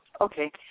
Okay